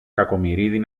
κακομοιρίδη